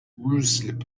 ruislip